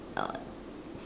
uh